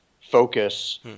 focus